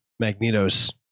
Magneto's